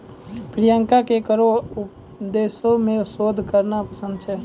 प्रियंका के करो रो उद्देश्य मे शोध करना पसंद छै